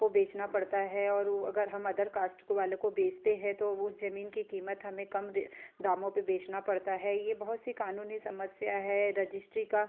को बेचना पड़ता है और वो अगर हम अदर कास्ट को वालों को बेचते हैं तो वो उस ज़मीन की क़ीमत हमें कम रे दामों पे बेचना पड़ता है ये बहुत सी क़ानूनी समस्या है रजिस्ट्री का